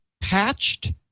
patched